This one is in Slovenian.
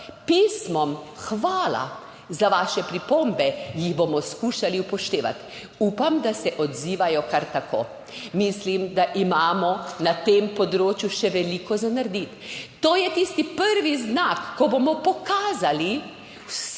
pismom: hvala za vaše pripombe, jih bomo skušali upoštevati. Upam, da se odzivajo kar tako. Mislim, da imamo na tem področju še veliko narediti. To je tisti prvi znak, ko bomo vsi pokazali,